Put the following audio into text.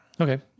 Okay